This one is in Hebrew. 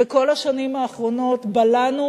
בכל השנים האחרונות בלענו